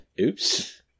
Oops